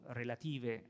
relative